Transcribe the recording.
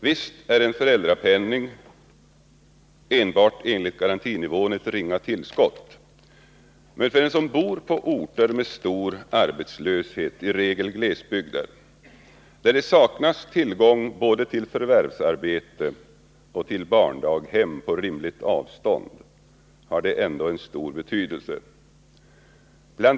Visst är en föräldrapenning enbart enligt garantinivån ett ringa tillskott, men för dem som bor på orter med stor arbetslöshet — i regel glesbygder — där det saknas tillgång både till förvärvsarbete och till barndaghem på rimligt avstånd har det ändå en stor betydelse. Bl.